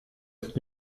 ist